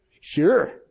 Sure